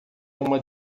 uma